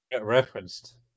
referenced